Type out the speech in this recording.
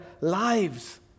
lives